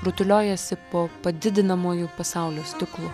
rutuliojasi po padidinamuoju pasaulio stiklu